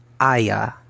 Aya